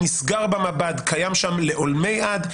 תיק שנסגר במב"ד קיים שם לעולמי עד,